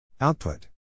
Output